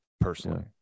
personally